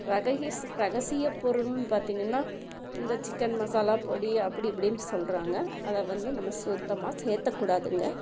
ரககிஸ் ரகசிய பொருள்னு பார்த்தீங்கன்னா இந்த சிக்கன் மசாலாப் பொடி அப்படி இப்படின்னு சொல்கிறாங்க அதை வந்து நம்ம சுத்தமாக சேர்த்தக் கூடாதுங்க